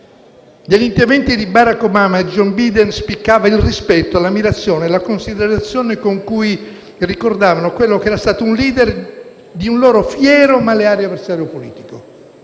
Negli interventi di Barack Obama e Joe Biden spiccavano il rispetto, l'ammirazione e la considerazione con cui ricordavano quello che era stato un *leader* e un loro fiero ma leale avversario politico.